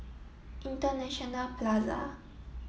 International Plaza